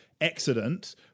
accident